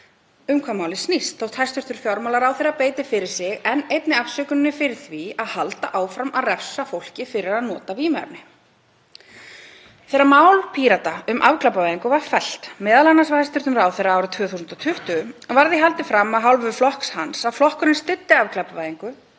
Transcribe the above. um hvað málið snýst þótt hæstv. fjármálaráðherra beiti fyrir sig enn einni afsökuninni fyrir því að halda áfram að refsa fólki fyrir að nota vímuefni. Þegar mál Pírata um afglæpavæðingu var fellt, m.a. af hæstv. ráðherra árið 2020, var því haldið fram af hálfu flokks hans að flokkurinn styddi afglæpavæðingu,